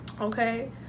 okay